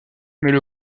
mais